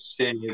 say